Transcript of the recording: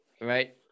right